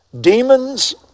Demons